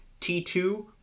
t2